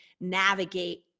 navigate